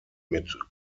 mit